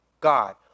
God